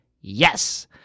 yes